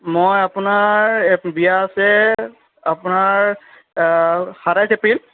মই আপোনাৰ বিয়া আছে আপোনাৰ সাতাইছ এপ্ৰিল